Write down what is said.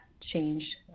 change